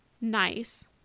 nice